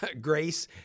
grace